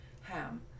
Ham